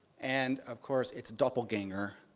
and, of course, its doppelganger,